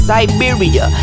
Siberia